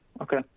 Okay